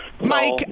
Mike